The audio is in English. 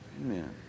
Amen